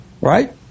right